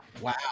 Wow